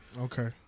Okay